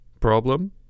problem